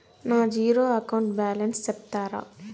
నా zero account balance సెప్తారా?